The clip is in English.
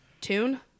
Tune